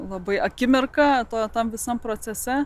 labai akimirka tam visam procese